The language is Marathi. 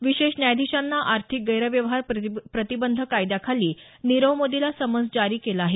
विशेष न्यायाधीशांना आर्थिक गैरव्यवहार प्रतिबंध कायद्याखाली नीरव मोदीला समन्स जारी केलं आहे